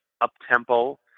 up-tempo